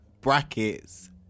brackets